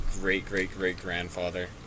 great-great-great-grandfather